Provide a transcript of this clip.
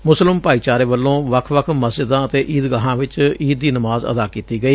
ਮੁਸਲਿਮ ਭਾਈਚਾਰੇ ਵੱਲੋਂ ਵੱਖ ਵੱਖ ਮਸਜਿਦਾਂ ਅਤੇ ਈਦਗਾਹਾਂ ਚ ਈਦ ਦੀ ਨਮਾਜ਼ ਅਦਾ ਕੀਤੀ ਗਈ